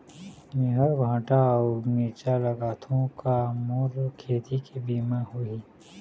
मेहर भांटा अऊ मिरचा लगाथो का मोर खेती के बीमा होही?